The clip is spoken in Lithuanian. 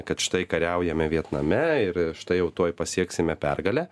kad štai kariaujame vietname ir štai jau tuoj pasieksime pergalę